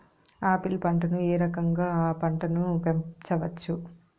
Apple పంటను ఏ రకంగా అ పంట ను పెంచవచ్చు?